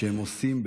שהם עושים,